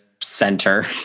center